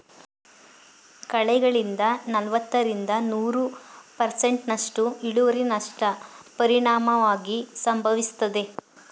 ಕಳೆಗಳಿಂದ ನಲವತ್ತರಿಂದ ನೂರು ಪರ್ಸೆಂಟ್ನಸ್ಟು ಇಳುವರಿನಷ್ಟ ಪರಿಣಾಮವಾಗಿ ಸಂಭವಿಸ್ತದೆ